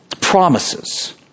promises